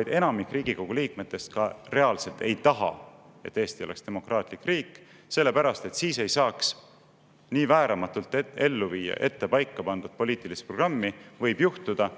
et enamik Riigikogu liikmetest ka reaalselt ei taha, et Eesti oleks demokraatlik riik, sest siis ei saaks nii vääramatult ellu viia ette paikapandud poliitilist programmi ja võib juhtuda,